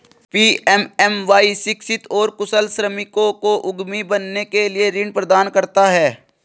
PMMY शिक्षित और कुशल श्रमिकों को उद्यमी बनने के लिए ऋण प्रदान करता है